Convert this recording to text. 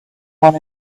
one